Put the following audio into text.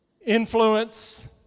Influence